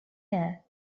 here